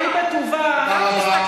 שהיא בטובה, תודה רבה.